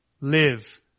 live